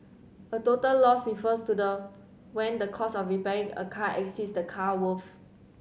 a total loss refers to the when the cost of repairing a car exceeds the car worth